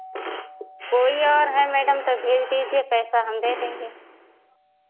कोई और है मैडम तो भेज दीजिए पैसा हम दे देंगे